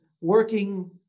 working